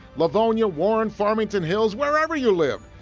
livonia, warren, farmington hills, wherever you live.